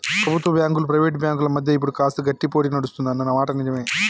ప్రభుత్వ బ్యాంకులు ప్రైవేట్ బ్యాంకుల మధ్య ఇప్పుడు కాస్త గట్టి పోటీ నడుస్తుంది అన్న మాట నిజవే